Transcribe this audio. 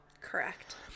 Correct